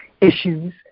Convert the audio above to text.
issues